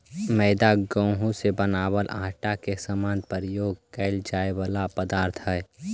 मैदा गेहूं से बनावल आटा के समान प्रयोग कैल जाए वाला पदार्थ हइ